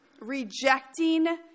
rejecting